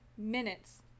Minutes